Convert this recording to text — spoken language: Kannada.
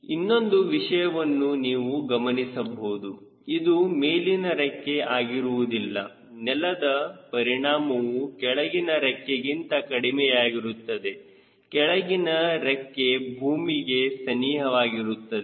ಇನ್ನೊಂದು ವಿಷಯವನ್ನು ನೀವು ಗಮನಿಸಬಹುದು ಇದು ಮೇಲಿನ ರೆಕ್ಕೆ ಆಗಿರುವುದಿಲ್ಲ ನೆಲದ ಪರಿಣಾಮವು ಕೆಳಗಿನ ರೆಕ್ಕೆಗಿಂತ ಕಡಿಮೆಯಾಗಿರುತ್ತದೆ ಕೆಳಗಿನ ರೆಕ್ಕೆ ಭೂಮಿಗೆ ಸನಿಹವಾಗಿರುತ್ತದೆ